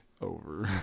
over